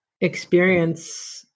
experience